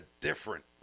different